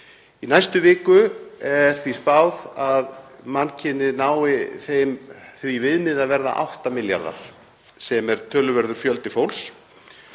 Í næstu viku er því spáð að mannkynið nái því að verða 8 milljarðar, sem er töluverður fjöldi fólks.